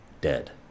Dead